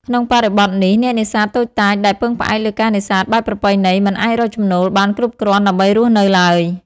ក្នុងបរិបទនេះ អ្នកនេសាទតូចតាចដែលពឹងផ្អែកលើការនេសាទបែបប្រពៃណី មិនអាចរកចំណូលបានគ្រប់គ្រាន់ដើម្បីរស់នៅឡើយ។